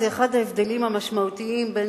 זה אחד ההבדלים המשמעותיים בין